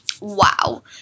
Wow